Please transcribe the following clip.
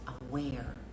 aware